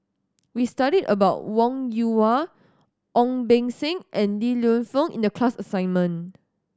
we studied about Wong Yoon Wah Ong Beng Seng and Li Lienfung in the class assignment